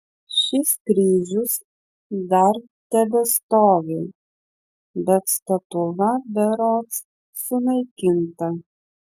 šis kryžius dar tebestovi bet statula berods sunaikinta